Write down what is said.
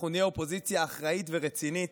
אנחנו נהיה אופוזיציה אחראית ורצינית.